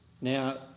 Now